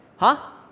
huh?